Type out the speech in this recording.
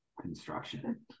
Construction